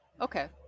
okay